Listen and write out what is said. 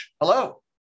Hello